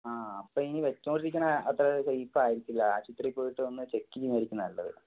ആ അപ്പം ഇനി വെച്ചോണ്ടിരിക്കുന്ന അത്ര സേഫായിരിക്കില്ല ആശുപത്രി പോയിട്ട് ഒന്ന് ചെക്ക് ചെയ്യുന്നതായിരിക്കും നല്ലത്